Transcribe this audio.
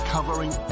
Covering